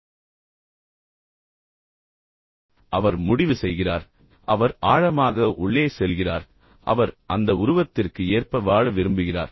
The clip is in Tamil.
எனவே அவர் முடிவு செய்கிறார் பின்னர் அவர் ஆழமாக உள்ளே செல்கிறார் பின்னர் அவர் அந்த உருவத்திற்கு ஏற்ப வாழ விரும்புகிறார்